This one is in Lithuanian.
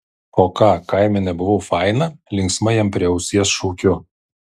o ką kaime nebuvau faina linksmai jam prie ausies šaukiu